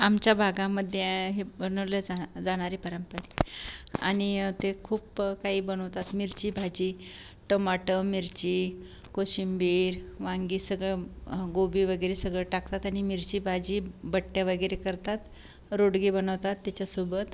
आमच्या भागामद्दे आय हे बनवल्या जाना जानारे परंपर आनि ते खूप्पं काई बनवतात मिरची भाजी टमाटं मिरची कोशिंबीर वांगी सगळं गोबी वगेरे सगळं टाकतात आनि मिरची बाजी बट्ट्या वगेरे करतात रोडगे बनवतात तेच्यासोबत